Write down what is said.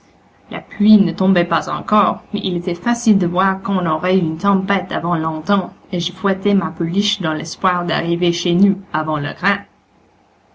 la pluie ne tombait pas encore mais il était facile de voir qu'on aurait une tempête avant longtemps et je fouettai ma pouliche dans l'espoir d'arriver chez nous avant le grain